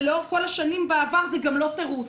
ולאורך כל השנים בעבר זה גם לא תירוץ.